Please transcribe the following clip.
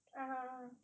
(uh huh) ah